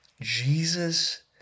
Jesus